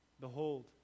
Behold